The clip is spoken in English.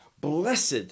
Blessed